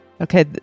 Okay